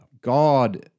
God